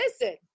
Listen